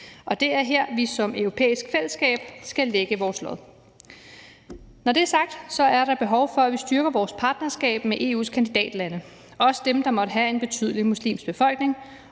Og det er her, vi som europæisk fællesskab skal lægge vores lod. Når det er sagt, er der behov for, at vi styrker vores partnerskab med EU's kandidatlande, også dem, der måtte have en betydelig muslimsk befolkning,